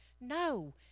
No